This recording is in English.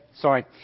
Sorry